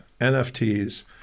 NFTs